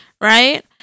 right